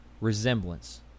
resemblance